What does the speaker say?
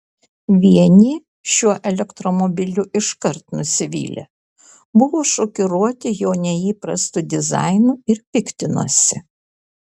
vieni šiuo elektromobiliu iškart nusivylė buvo šokiruoti jo neįprastu dizainu ir piktinosi